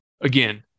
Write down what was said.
Again